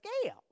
scale